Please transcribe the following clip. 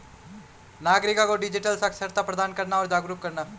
नागरिको को डिजिटल साक्षरता प्रदान करना और जागरूक करना